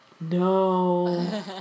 No